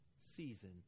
season